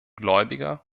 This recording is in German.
gläubiger